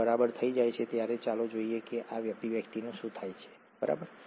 ની બરાબર થઈ જાય છે ત્યારે ચાલો જોઈએ કે આ અભિવ્યક્તિનું શું થાય છે બરાબર